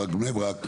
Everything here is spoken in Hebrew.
לא רק בני ברק,